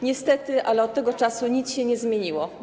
Niestety, od tego czasu nic się nie zmieniło.